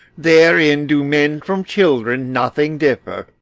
therein do men from children nothing differ.